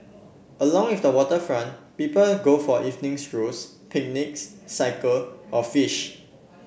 along with waterfront people go for evening strolls picnics cycle or fish